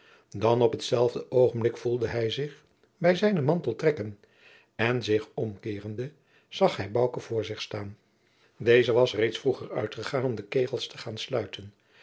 dan op datzelfde oogenblik voelde hij zich bij zijnen mantel trekken en zich omkeerende zag hij bouke voor zich staan deze was reeds vroeger uitgegaan om de kegels te gaan sluiten